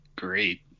great